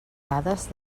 dades